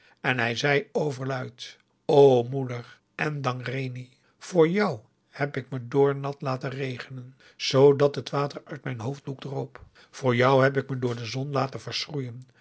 en hij zei overluid o moeder endang reni voor jou heb ik me doornat laten regenen zoodat het water uit mijn hoofddoek augusta de wit orpheus in de dessa droop voor jou heb ik me door de zon laten